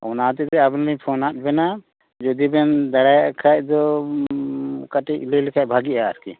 ᱚᱱᱟ ᱛᱮᱜᱮ ᱟᱵᱮᱱ ᱞᱤᱧ ᱯᱷᱳᱱᱟᱫ ᱵᱮᱱᱟ ᱡᱩᱫᱤ ᱵᱮᱱ ᱫᱟᱲᱮᱭᱟᱜ ᱠᱷᱟᱱ ᱫᱚ ᱠᱟᱹᱴᱤᱡ ᱞᱟᱹᱭ ᱞᱮᱠᱷᱟᱱ ᱵᱷᱟᱹᱜᱤᱜᱼᱟ ᱟᱨᱠᱤ